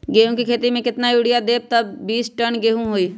गेंहू क खेती म केतना यूरिया देब त बिस टन गेहूं होई?